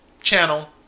channel